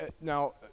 Now